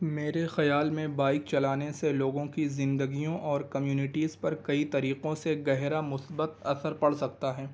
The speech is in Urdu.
میرے خیال میں بائک چلانے سے لوگوں کی زندگیوں اور کمیونٹیز پر کئی طریقوں سے گہرا مثبت اثر پڑ سکتا ہے